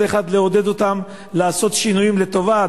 לעודד אותם לעשות שינויים לטובה,